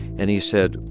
and he said,